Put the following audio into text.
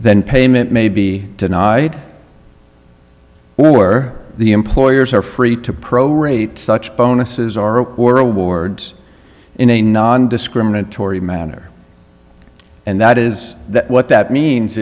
then payment may be denied or the employers are free to prorate such bonuses are or awards in a non discriminatory manner and that is that what that means